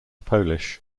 polish